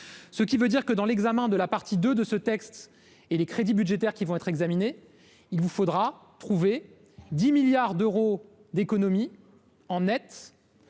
ce qui veut dire que dans l'examen de la partie de de ce texte et les crédits budgétaires qui vont être examinées, il vous faudra trouver 10 milliards d'euros d'économies en net